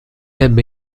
ebbe